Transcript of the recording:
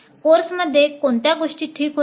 कोर्समध्ये कोणत्या गोष्टी ठीक होत्या